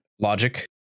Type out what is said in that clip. logic